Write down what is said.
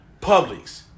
Publix